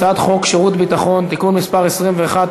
הצעת חוק שירות ביטחון (תיקון מס' 21),